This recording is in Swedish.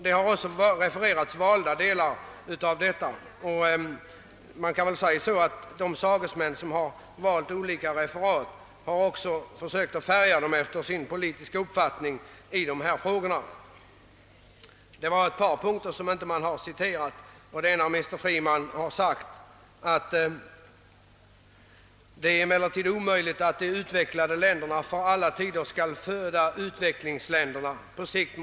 Att i den situationen med statliga subventioner stimulera fram en storleksrationalisering tycker jag är felaktigt och orättvist, bl.a. därför att subventioner av den storlek det här kan bli fråga om tar bort möjligheterna till konkurrens på lika villkor och förhindrar inkomstjämförelser. De kan över huvud taget leda till en icke önskvärd utveckling.